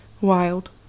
wild